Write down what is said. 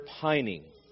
pining